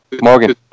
Morgan